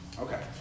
Okay